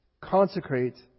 Consecrate